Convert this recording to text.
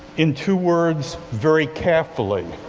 in two words, very carefully.